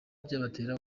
byabatera